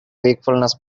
wakefulness